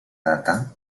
data